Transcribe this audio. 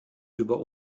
über